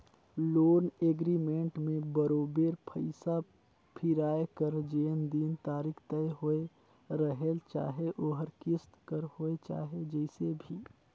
loan agreement में बरोबेर पइसा फिराए कर जेन दिन तारीख तय होए रहेल चाहे ओहर किस्त कर होए चाहे जइसे भी